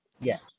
Yes